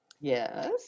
Yes